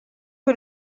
que